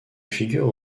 figure